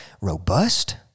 robust